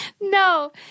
No